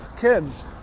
kids